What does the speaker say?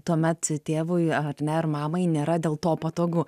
tuomet tėvui ar ne ar mamai nėra dėl to patogu